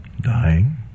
Dying